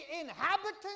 inhabitants